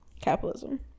capitalism